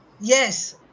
Yes